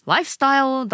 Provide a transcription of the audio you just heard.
Lifestyle